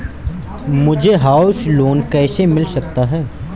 मुझे house loan कैसे मिल सकता है?